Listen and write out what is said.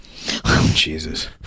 Jesus